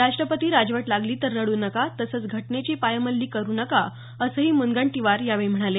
राष्ट्रपती राजवट लागली तर रड्र नका तसंच घटनेची पायमल्ली करु नका असंही मुनगंटीवार यावेळी म्हणाले